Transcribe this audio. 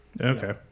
Okay